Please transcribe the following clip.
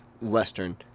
Western